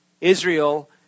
Israel